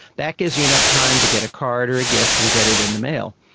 that gives you enough time to get a card or a gift and get it in the mail.